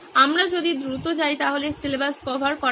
আমরা যদি দ্রুত যাই তাহলে সিলেবাস কভার করা হবে